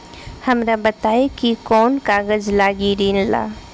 हमरा बताई कि कौन कागज लागी ऋण ला?